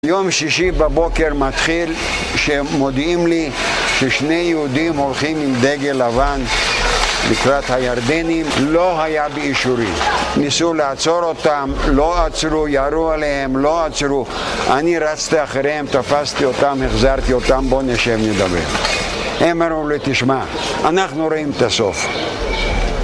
יום שישי בבוקר מתחיל, שמודיעים לי ששני יהודים הולכים עם דגל לבן לקראת הירדנים, לא היה באישורי. ניסו לעצור אותם, לא עצרו, ירו עליהם, לא עצרו, אני רצתי אחריהם, תפסתי אותם, החזרתי אותם, בוא נשב נדבר. הם אמרו לי, תשמע, אנחנו רואים את הסוף